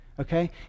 Okay